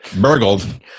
burgled